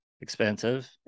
expensive